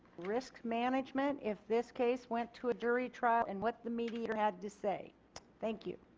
risk management if this case went to a jury trial and what the mediator had to say thank you.